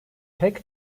pek